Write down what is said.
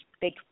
big